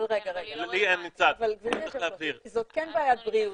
רגע, זאת כן בעיית בריאות.